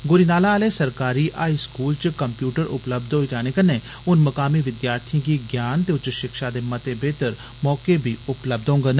ग्रीनाला आहले सरकारी high school च कम्प्यूटर उपलब्ध होई जाने कन्नै हून मुकामी विद्यार्थिएं गी ज्ञान ते उच्च शिक्षा दे मते बेहतर मौके बी उपलब्ध होडन